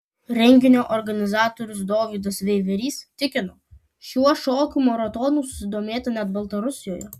renginio organizatorius dovydas veiverys tikino šiuo šokių maratonų susidomėta net baltarusijoje